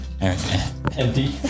empty